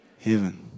heaven